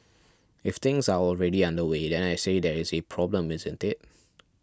if things are already underway then I say there is a problem isn't it